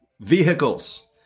Vehicles